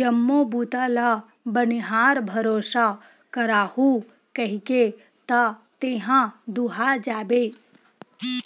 जम्मो बूता ल बनिहार भरोसा कराहूँ कहिके त तेहा दूहा जाबे